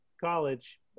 College